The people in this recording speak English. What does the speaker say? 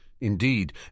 Indeed